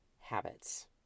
habits